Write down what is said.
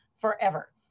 forever